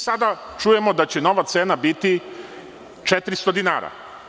Sada čujemo da će nova cena biti 400 dinara.